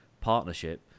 partnership